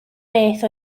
beth